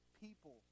people